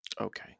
Okay